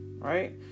right